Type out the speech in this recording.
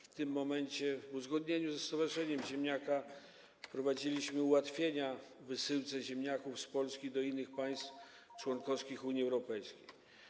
W tym momencie w uzgodnieniu ze stowarzyszeniem ziemniaka wprowadziliśmy ułatwienia w wysyłaniu ziemniaków z Polski do innych państw członkowskich Unii Europejskiej.